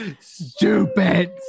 stupid